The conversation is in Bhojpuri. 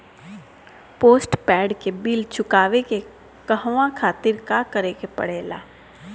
पोस्टपैड के बिल चुकावे के कहवा खातिर का करे के पड़ें ला?